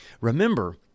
Remember